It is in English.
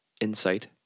Insight